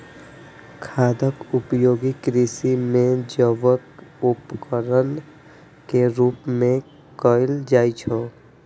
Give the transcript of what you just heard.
खादक उपयोग कृषि मे जैविक उर्वरक के रूप मे कैल जाइ छै